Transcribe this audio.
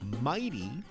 Mighty